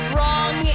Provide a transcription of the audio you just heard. Wrong